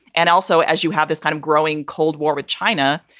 and also, as you have this kind of growing cold war with china.